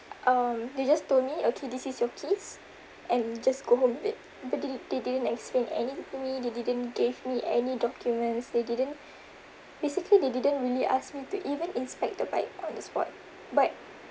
um they just told me okay this is your keys and just go home with it but didn't they didn't explain anything to me they didn't gave me any documents they didn't basically they didn't really ask me to even inspect the bike on the spot but